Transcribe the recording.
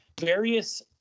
various